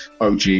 og